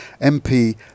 MP